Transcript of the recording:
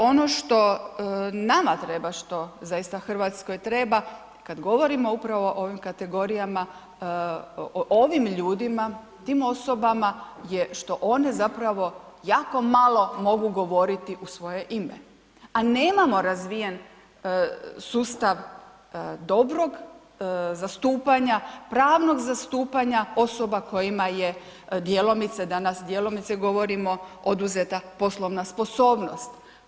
Ono što nama treba, što zaista Hrvatskoj treba, kad govorimo upravo o ovim kategorijama, ovim ljudima, tim osobama je što one zapravo jako malo mogu govoriti u svoje ime, a nemamo razvijen sustav dobrog zastupanja, pravnog zastupanja osoba kojima je djelomice, danas djelomice govorimo, oduzeta poslovna sposobnost.